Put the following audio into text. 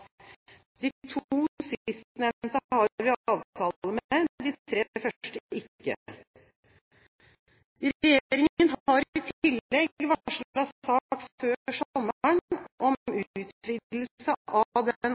De to sistnevnte har vi avtale med, de tre første ikke. Regjeringen har i tillegg varslet sak før sommeren om